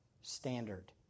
standard